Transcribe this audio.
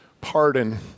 pardon